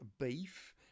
beef